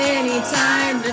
anytime